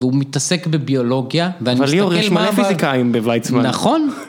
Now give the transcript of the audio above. והוא מתעסק בביולוגיה, ואני מסתכל מלא פיזיקאים בווייצמן נכון.